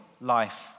life